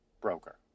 broker